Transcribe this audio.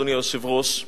אדוני היושב-ראש,